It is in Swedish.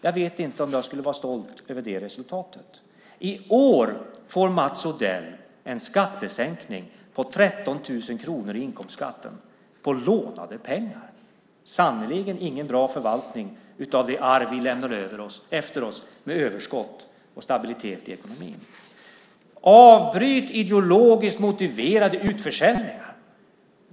Jag vet inte om jag skulle vara stolt över det resultatet. I år får Mats Odell en skattesänkning på 13 000 kronor på inkomstskatten - på lånade pengar. Det är sannerligen ingen bra förvaltning av det arv vi lämnade efter oss med överskott och stabilitet i ekonomin. Avbryt ideologiskt motiverade utförsäljningar!